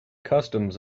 customs